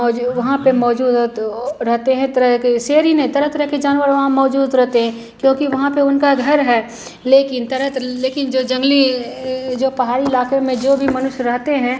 मौजू वहाँ पर मौजूद हैं तो रहते हैं तरह तरह के शेर ही नहीं तरह तरह के जानवर वहाँ मौजूद रहते हैं क्योंकि वहाँ पर उनका घर है लेकिन तरह लेकिन जो जंगली जो पहाड़ी इलाके में जो भी मनुष्य रहते हैं